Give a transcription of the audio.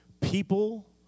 People